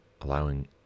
allowing